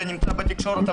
זה נמצא בתקשורת,